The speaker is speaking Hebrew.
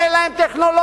תן להם טכנולוגיות,